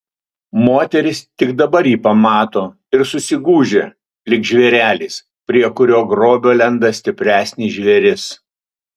moteris tik dabar jį pamato ir susigūžia lyg žvėrelis prie kurio grobio lenda stipresnis žvėris